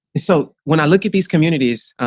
so when i look at these communities,